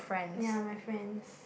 ya my friends